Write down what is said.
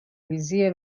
ریزی